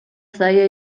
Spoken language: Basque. zaila